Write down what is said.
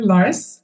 Lars